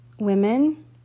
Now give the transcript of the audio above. Women